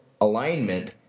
alignment